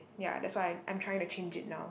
ya that's why I'm trying to change it now